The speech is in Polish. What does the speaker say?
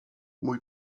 mój